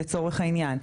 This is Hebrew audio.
לצורך העניין,